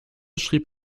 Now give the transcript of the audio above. schrieb